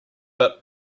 but